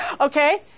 okay